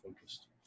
focused